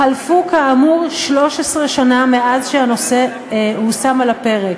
חלפו כאמור 13 שנה מאז הושם הנושא על הפרק.